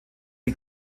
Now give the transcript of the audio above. die